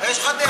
הרי יש לך דעה.